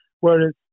Whereas